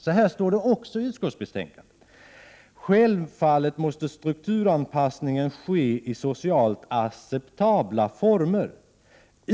Så här står det också i utskottsbetänkandet: ”Självfallet måste strukturanpassningen ske i socialt acceptabla former.